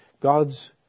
God's